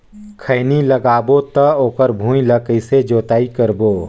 खैनी लगाबो ता ओकर भुईं ला कइसे जोताई करबो?